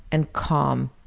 and calm.